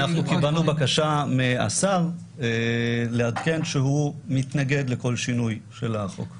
אנחנו קיבלנו בקשה מהשר לעדכן שהוא מתנגד לכל שינוי של החוק.